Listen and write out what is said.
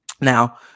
Now